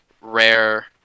rare